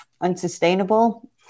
unsustainable